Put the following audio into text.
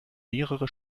mehrere